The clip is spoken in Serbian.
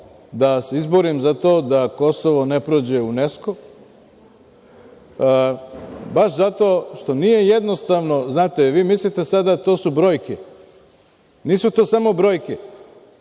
se izborim za to da Kosovo ne prođe u UNESKU, baš zato što nije jednostavno, znate, vi mislite to su brojke. Nisu to samo brojke,